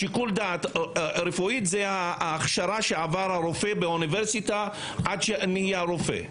שיקול דעת רפואי זה ההכשרה שעבר הרופא באוניברסיטה עד שנהיה רופא.